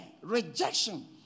rejection